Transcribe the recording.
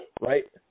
right